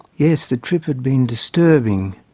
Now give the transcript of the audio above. yes, the trip had been disturbing,